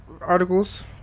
Articles